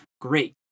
great